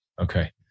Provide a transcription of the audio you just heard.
okay